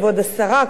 כבוד השרה,